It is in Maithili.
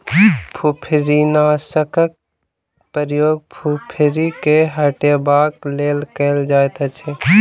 फुफरीनाशकक प्रयोग फुफरी के हटयबाक लेल कयल जाइतअछि